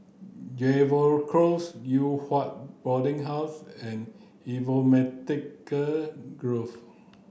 Jervois Close Yew Hua Boarding House and Grove